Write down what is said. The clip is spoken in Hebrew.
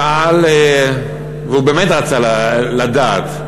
שאל, והוא באמת רצה לדעת,